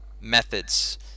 methods